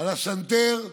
על הסנטר,